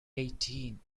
eighteen